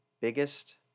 biggest